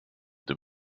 the